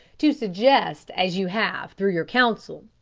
to suggest, as you have through your counsel,